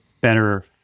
better